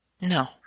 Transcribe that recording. No